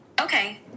Okay